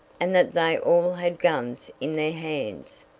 and that they all had guns in their hands.